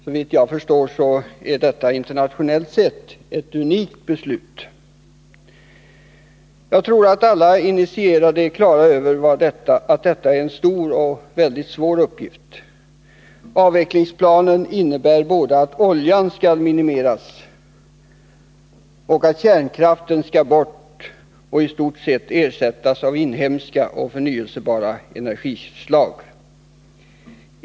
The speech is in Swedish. Såvitt jag förstår är detta internationellt sett ett unikt beslut. Jag tror att alla initierade är på det klara med att detta är en stor och svår uppgift. Avvecklingsplanen innebär både att oljan skall minimeras och att kärnkraften skall bort och i stort sett ersättas av inhemska och förnyelsebara energislag.